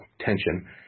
tension